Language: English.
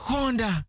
Honda